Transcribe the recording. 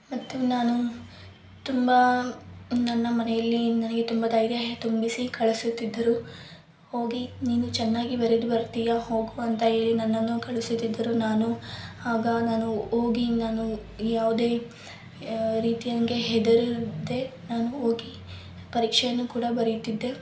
ಮತ್ತು ನಾನು ತುಂಬ ನನ್ನ ಮನೆಯಲ್ಲಿ ನನಗೆ ತುಂಬ ದೈರ್ಯ ತುಂಬಿಸಿ ಕಳಿಸುತ್ತಿದ್ದರು ಹೋಗಿ ನೀನು ಚೆನ್ನಾಗಿ ಬರೆದು ಬರ್ತೀಯಾ ಹೋಗು ಅಂತ ಹೇಳಿ ನನ್ನನ್ನು ಕಳಿಸುತ್ತಿದ್ದರು ನಾನು ಆಗ ನಾನು ಹೋಗಿ ನಾನು ಯಾವುದೇ ರೀತಿಯಂಗೆ ಹೆದರಿರ್ದೆ ನಾನು ಹೋಗಿ ಪರೀಕ್ಷೆಯನ್ನು ಕೂಡ ಬರೆಯುತ್ತಿದ್ದೆ